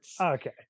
Okay